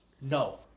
No